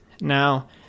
Now